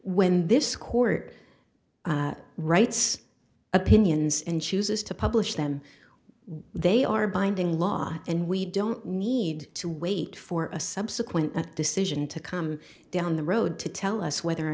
when this court writes opinions and chooses to publish them they are binding law and we don't need to wait for a subsequent decision to come down the road to tell us whether or